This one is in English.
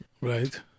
Right